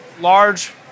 large